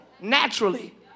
naturally